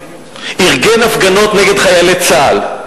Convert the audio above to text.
ארגן הפגנות נגד חיילי צה"ל.